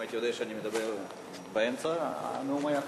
אם הייתי יודע שאני מדבר באמצע, הנאום היה אחר.